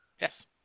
Yes